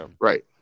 Right